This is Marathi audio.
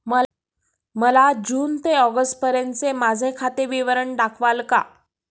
मला जून ते ऑगस्टपर्यंतचे माझे खाते विवरण दाखवाल का?